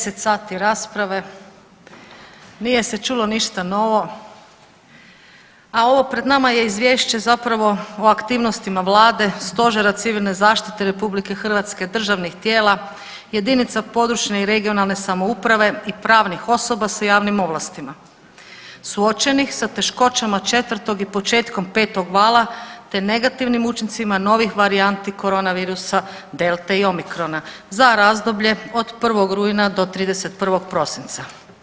10 sati rasprave, nije se čulo ništa novo, a ovo pred nama je izvješće zapravo o aktivnostima vlade, Stožera civilne zaštite RH, državnih tijela, jedinica područne i regionalne samouprave i pravnih osoba sa javnim ovlastima suočenih sa teškoćama 4. i početkom 5. vala, te negativnim učincima novih varijanti koronavirusa delte i omikrona za razdoblje od 1. rujna do 31. prosinca.